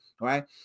right